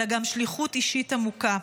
אלא גם שליחות אישית עמוקה.